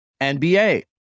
NBA